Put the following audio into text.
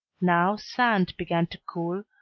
now sand began to cool,